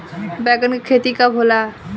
बैंगन के खेती कब होला?